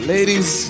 Ladies